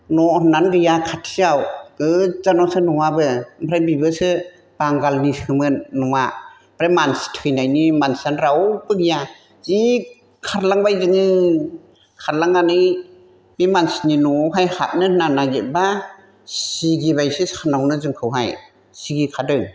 न' होननायानो गैया खाथियाव गोथजानावसो न'आबो ओमफ्राय बेबोसो बांगालनिसोमोन न'आ आमफ्राय मानसि थैनायनि मानसियानो रावबो गैया जि खारलांबाय जोङो खारलांनानै बे मानसिनि न'आवहाय हाबनो होननानै नागेरब्ला सिगिबायसो सानावनो जोंखौहाय सिगिखादों